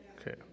Okay